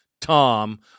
Tom